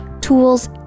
tools